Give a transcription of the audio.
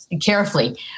carefully